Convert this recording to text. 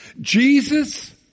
Jesus